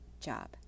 job